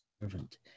servant